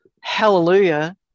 hallelujah